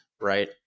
right